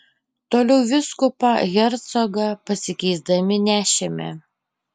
toliau vyskupą hercogą pasikeisdami nešėme